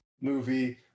movie